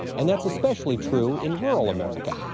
and that's especially true in rural america,